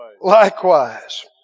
Likewise